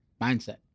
mindset